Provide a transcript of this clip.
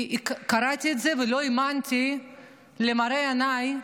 קראתי את זה ולא האמנתי למראה עיניי.